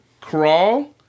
Crawl